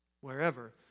wherever